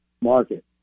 market